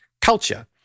culture